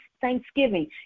Thanksgiving